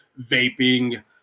vaping